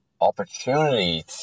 opportunity